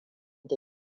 da